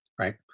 right